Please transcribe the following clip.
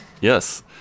yes